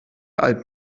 alt